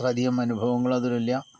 അത്രയധികം അനുഭവങ്ങൾ അതിലുമില്ല